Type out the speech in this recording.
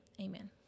Amen